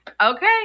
Okay